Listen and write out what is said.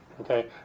okay